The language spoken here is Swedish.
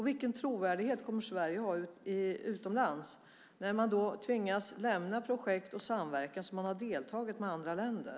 Vilken trovärdighet kommer Sverige att ha utomlands när man tvingas lämna projekt och samverkan som man har deltagit i med andra länder?